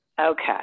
Okay